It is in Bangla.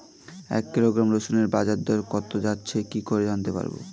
এক কিলোগ্রাম রসুনের বাজার দর কত যাচ্ছে কি করে জানতে পারবো?